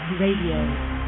Radio